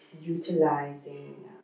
utilizing